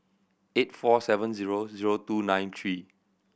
eight four seven zero zero two nine three